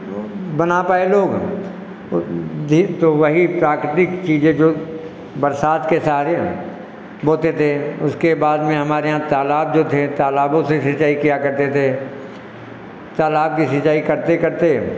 वह बना पाए लोग वह तो वही प्राकृतिक चीज़ें जो बरसात के सहारे बोते थे उसके बाद में हमारे यहाँ तालाब जो थे तालाबों से सिंचाई किया करते थे तालाब से सिंचाई करते करते